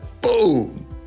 boom